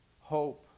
hope